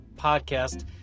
podcast